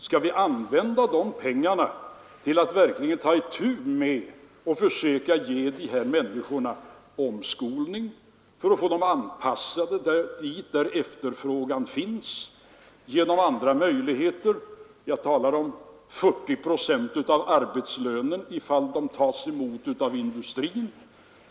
Skall vi använda de pengarna till att försöka omskola dessa människor och anpassa dem till kraven på de platser där efterfrågan finns, eller skall vi använda oss av andra möjligheter? Jag tänker här exempelvis på statsbidraget om 40 procent av arbetslönen för de partiellt arbetsföra som tas emot av industrin.